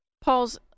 Paul's